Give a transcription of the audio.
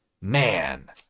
Man